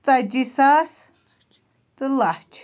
ژَتجی ساس تہٕ لچھ